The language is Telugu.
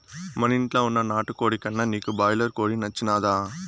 మనింట్ల వున్న నాటుకోడి కన్నా నీకు బాయిలర్ కోడి నచ్చినాదా